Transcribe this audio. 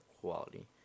quality